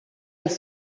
els